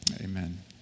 amen